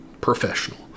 professional